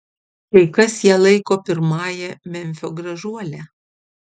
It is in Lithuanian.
kai kas ją laiko pirmąja memfio gražuole